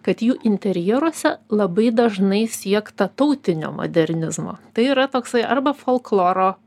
kad jų interjeruose labai dažnai siekta tautinio modernizmo tai yra toksai arba folkloro